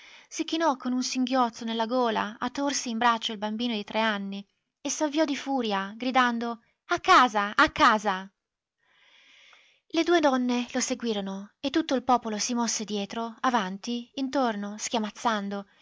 si chinò con un singhiozzo nella gola a trsi in braccio il bambino di tre anni e s'avviò di furia gridando a casa a casa le due donne lo seguirono e tutto il popolo si mosse dietro avanti intorno schiamazzando